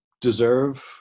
deserve